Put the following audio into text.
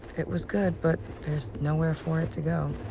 it was good, but nowhere for it to go.